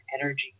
energy